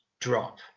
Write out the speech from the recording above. Drop